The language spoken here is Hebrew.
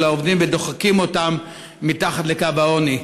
העובדים ודוחקים אותם מתחת לקו העוני.